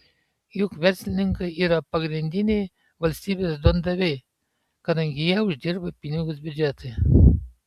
juk verslininkai yra pagrindiniai valstybės duondaviai kadangi jie uždirba pinigus biudžetui